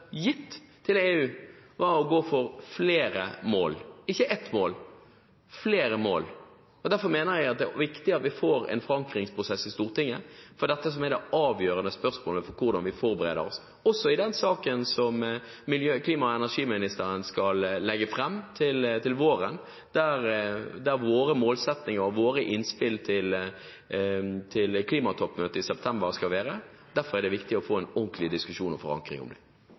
gitt til EU, var å gå for flere mål – ikke ett mål, men flere mål. Derfor mener jeg at det er viktig at vi får en forankringsprosess i Stortinget for dette som er det avgjørende spørsmålet for hvordan vi forbereder oss i den saken som klima- og miljøvernministeren skal legge fram til våren, der våre målsettinger og våre innspill til klimatoppmøtet i september skal være. Derfor er det viktig å få en ordentlig diskusjon om og forankring av det.